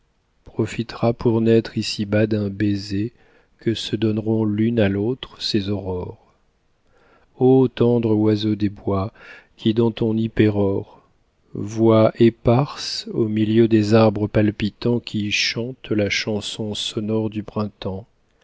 profitera pour naître ici-bas d'un baiser que se donneront l'une à l'autre ces aurores ô tendre oiseau des bois qui dans ton nid pérores voix éparse au milieu des arbres palpitants qui chantes la chanson sonore du printemps